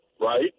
right